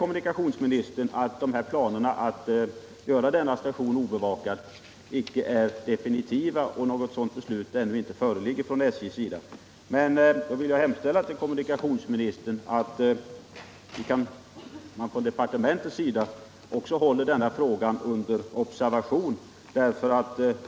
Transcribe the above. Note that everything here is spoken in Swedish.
Kommunikationsministern säger att planerna på att göra denna station obevakad inte är definitiva och att SJ ännu inte har fattat något beslut. Då vill jag hemställa till kommunikationsministern att man på departementet har denna fråga under observation.